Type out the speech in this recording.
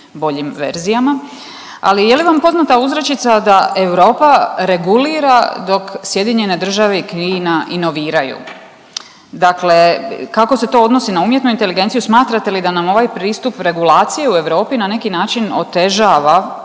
boljim verzijama. Ali je li vam poznata uzrečica da Europa regulira dok SAD i Kina inoviraju. Dakle, kako se to odnosi na umjetnu inteligenciju, smatrate li da nam ovaj pristup regulacije u Europi na neki način otežava